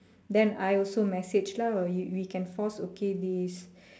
then I also message lah we can force okay this